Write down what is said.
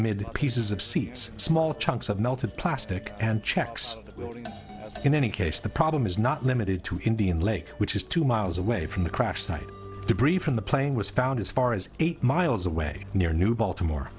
mid pieces of seats small chunks of melted plastic and checks in any case the problem is not limited to indian lake which is two miles away from the crash site debris from the plane was found as far as eight miles away near new baltimore